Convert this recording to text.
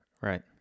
Right